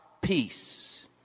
peace